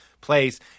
place